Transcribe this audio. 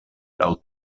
laŭ